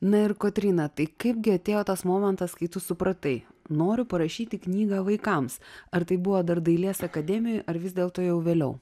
na ir kotryna tai kaipgi atėjo tas momentas kai tu supratai noriu parašyti knygą vaikams ar tai buvo dar dailės akademijoj ar vis dėlto jau vėliau